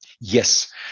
Yes